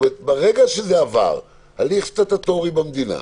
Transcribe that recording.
ברגע שזה עבר הליך סטטוטורי במדינה,